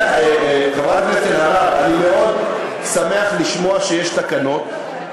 חברת הכנסת אלהרר, אני מאוד שמח לשמוע שיש תקנות.